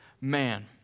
man